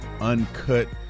Uncut